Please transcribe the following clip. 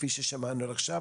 כפי ששמענו עכשיו,